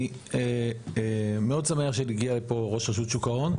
אני מאוד שמח שהגיע לפה ראש רשות שוק ההון.